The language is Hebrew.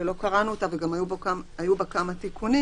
שלא קראנו אותה וגם היו בה כמה תיקונים,